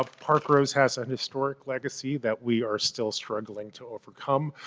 ah park rose has an historic legacy that we are still struggling to overcome.